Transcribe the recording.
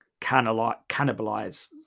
cannibalize